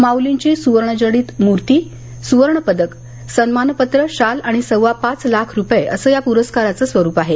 माऊलीची सुवर्णजडित मूर्ती सुवर्णपदक सन्मानपत्र शाल आणि सव्वापाच लाख रूपये असं या पुरस्काराचं स्वरूप आहे